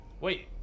Wait